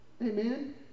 Amen